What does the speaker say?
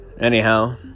Anyhow